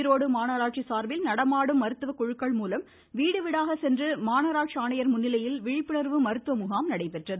ஈரோடு மாநகராட்சி சார்பில் நடமாடும் மருத்துவ குழுக்கள் மூலம் வீடு வீடாக சென்று மாநகராட்சி ஆணையா் முன்னிலையில் விழிப்புணா்வு மருத்துவ முகாம் நடைபெற்றது